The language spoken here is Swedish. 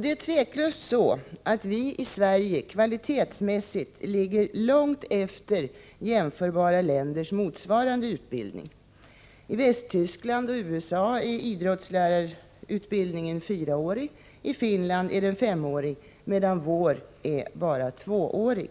Det är utan tvivel så, att denna utbildning i Sverige kvalitetsmässigt ligger långt efter jämförbara länders motsvarande utbildning. I Västtyskland och USA är idrottslärarutbildningen fyraårig. I Finland är den femårig, medan vår bra är tvåårig.